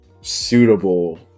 suitable